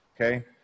okay